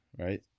right